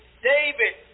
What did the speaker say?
David